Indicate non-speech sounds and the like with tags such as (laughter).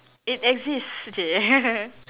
it exist !chey! (laughs)